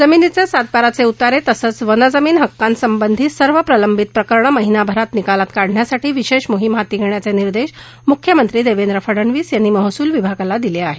जमिनीचे सात बाराचे उतारे तसंच वन जमीन हक्कांसंबंधी सर्व प्रलंबित प्रकरणं महिनाभरात निकालात काढण्यासाठी विशेष मोहिम हाती घेण्याचे निर्देश मुख्यमंत्री देवेंद्र फडनवीस यांनी महसूल विभागाला दिले आहेत